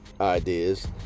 ideas